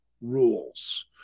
rules